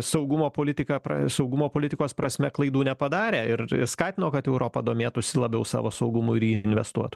saugumo politiką pra saugumo politikos prasme klaidų nepadarė ir ir skatino kad europa domėtųsi labiau savo saugumu ir į jį investuotų